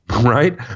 right